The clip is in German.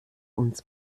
uns